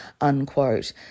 unquote